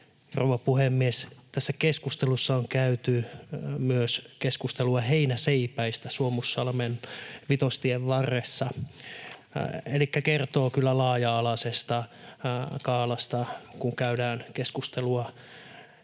rouva puhemies, tässä keskustelussa on käyty myös keskustelua heinäseipäistä Suomussalmen Vitostien varressa. Elikkä kertoo kyllä laaja-alaisesta skaalasta, kun käydään keskustelua